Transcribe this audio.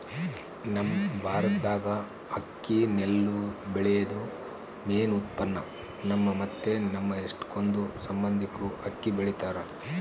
ನಮ್ ಭಾರತ್ದಾಗ ಅಕ್ಕಿ ನೆಲ್ಲು ಬೆಳ್ಯೇದು ಮೇನ್ ಉತ್ಪನ್ನ, ನಮ್ಮ ಮತ್ತೆ ನಮ್ ಎಷ್ಟಕೊಂದ್ ಸಂಬಂದಿಕ್ರು ಅಕ್ಕಿ ಬೆಳಿತಾರ